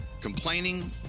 Complaining